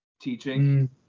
teaching